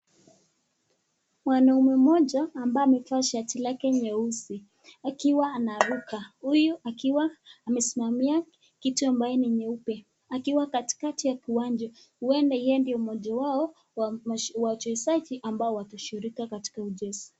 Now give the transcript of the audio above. Mwanaume mmoja ambaye amevaa shati lake nyeusi akiwa anaruka. Huyu akiwa amesimamia kitu ambao ni nyeupe akiwa katikati ya kiwanja huenda yeye ndiye mmoja wao wa wachezaji ambao watashirika katika mchezo.